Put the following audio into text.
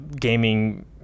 gaming